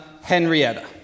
Henrietta